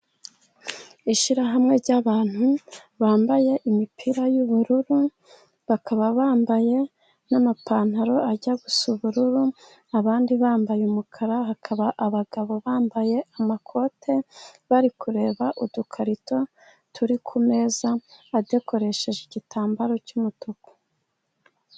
Ishyirahamwe ry'abantu bambaye imipira y'ubururu, bakaba bambaye n'amapantaro ajya gusa ubururu, abandi bambaye umukara. Hakaba abagabo bambaye amakote bari kureba udukarito turi ku meza, adekoresheje igitambaro cy'umutuku.